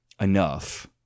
enough